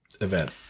event